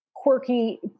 Quirky